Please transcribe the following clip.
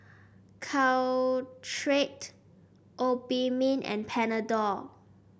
Caltrate Obimin and Panadol